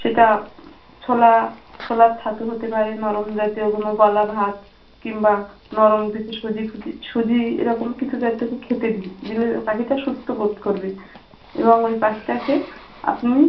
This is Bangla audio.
সেটা ছোলা ছোলার ছাতু হতে পারে নরম জাতীয় কোনও গলা ভাত কিংবা নরম কিছু সুজি ফুজি সুজি এরকম কিছু জাতীয় ওকে খেতে দিন দিলে ওই পাখিটা সুস্থ বোধ করবে এবং ওই পাখিটাকে আপনি